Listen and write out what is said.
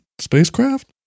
spacecraft